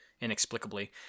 inexplicably